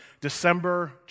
December